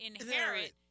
inherit